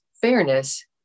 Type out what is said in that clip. fairness